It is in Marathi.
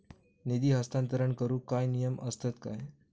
निधी हस्तांतरण करूक काय नियम असतत काय?